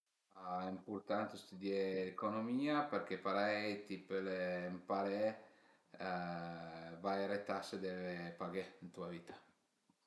Al e ëmpurtant stüdié economìa perché parei ti pöle ëmparé vaire tase deve paghé ën tua vita